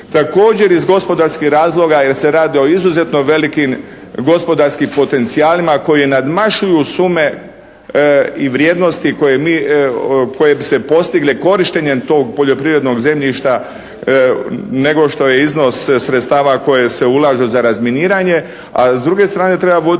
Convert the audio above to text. također iz gospodarskih razloga jer se radi o izuzetno velikim gospodarskim potencijalima koji nadmašuju sume i vrijednosti koje bi se postigle korištenjem tog poljoprivrednog zemljišta nego što je iznos sredstava koje se ulažu za razminiranje, a s druge strane treba voditi